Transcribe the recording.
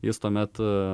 jis tuomet